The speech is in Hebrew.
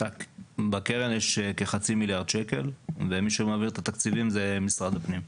בקרן יש כחצי מיליארד שקלים ומי שמעביר את התקציבים זה משרד הפנים.